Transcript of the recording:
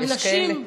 יש כאלה?